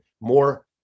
more